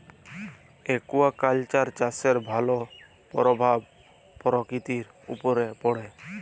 aquaculture চাষের ভালো পরভাব পরকিতির উপরে পড়ে